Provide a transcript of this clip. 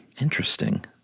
Interesting